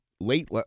late